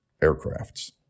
aircrafts